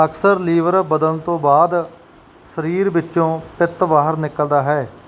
ਅਕਸਰ ਲੀਵਰ ਬਦਲਣ ਤੋਂ ਬਾਅਦ ਸਰੀਰ ਵਿੱਚੋਂ ਪਿਤ ਬਾਹਰ ਨਿਕਲਦਾ ਹੈ